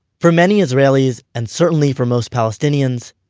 for many israelis, and certainly for most palestinans,